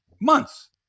months